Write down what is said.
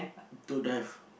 don't have